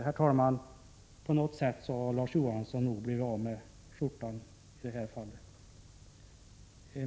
Herr talman! På något sätt har nog Larz Johansson i det här fallet blivit av med skjortan.